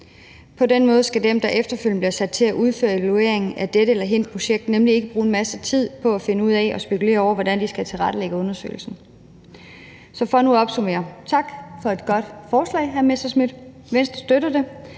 På den måde skal dem, der efterfølgende bliver sat til at udføre evalueringen af dette eller hint projekt, nemlig ikke bruge en masse tid på at finde ud af og spekulere over, hvordan de skal tilrettelægge undersøgelsen. Så for nu at opsummere: Tak for et godt forslag, hr. Morten Messerschmidt. Venstre støtter det,